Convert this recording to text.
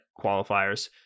qualifiers